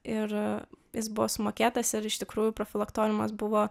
ir jis buvo sumokėtas ir iš tikrųjų profilaktoriumas buvo